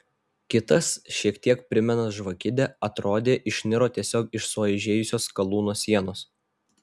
kitas šiek tiek primenąs žvakidę atrodė išniro tiesiog iš sueižėjusios skalūno sienos